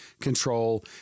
control